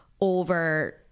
over